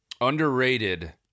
Underrated